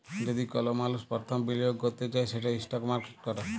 যদি কল মালুস পরথম বিলিয়গ ক্যরতে চায় সেট ইস্টক মার্কেটে ক্যরে